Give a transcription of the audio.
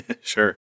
Sure